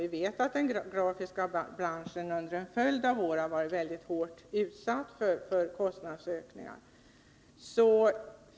Vi vet att den grafiska branschen under en följd av år varit hårt utsatt för kostnadsökningar.